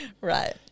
Right